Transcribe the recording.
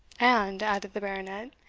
and, added the baronet,